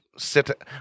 Sit